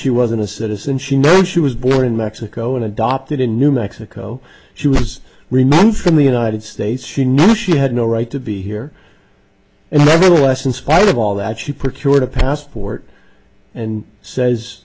she wasn't a citizen she knew she was born in mexico and adopted in new mexico she was removed from the united states she knew she had no right to be here and less in spite of all that she procured a passport and says